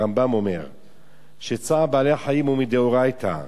הרמב"ם אומר שצער בעלי-החיים הוא מדאורייתא,